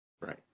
Right